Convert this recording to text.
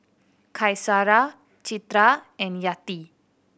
Citra and Yati